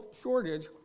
shortage